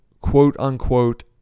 quote-unquote